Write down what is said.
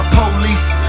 police